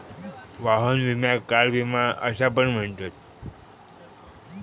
वाहन विम्याक कार विमा असा पण म्हणतत